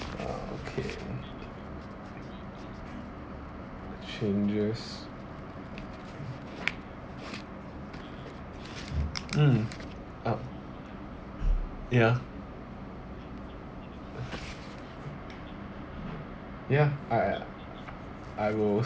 ah okay changes mm uh ya ya I I will